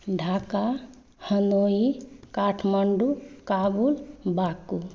Dhaka Hanoi Kathmandu Kabul बाकू